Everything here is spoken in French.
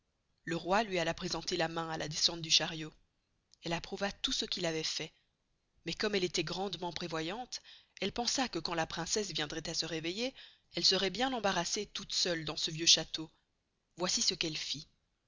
le roi luy alla presenter la main à la descente du chariot elle approuva tout ce qu'il avoit fait mais comme elle estoit grandement prévoyante elle pensa que quand la princesse viendrait à se réveiller elle seroit bien embarassée toute seule dans ce vieux château voicy ce qu'elle fit